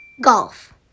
Golf